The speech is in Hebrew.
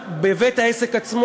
בניגוד לסטיגמה שהייתה קודם,